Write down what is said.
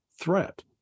threat